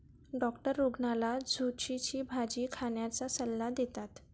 doctor रुग्णाला झुचीची भाजी खाण्याचा सल्ला देतात